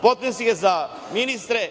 potpredsednike, za ministre,